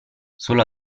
solo